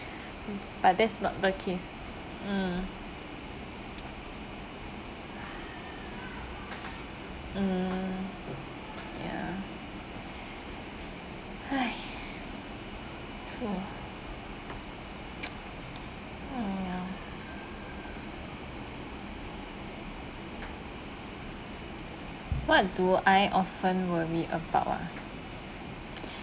but that's not the case mm mm ya !hais! true mm ya what do I often worry about ah